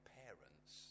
parents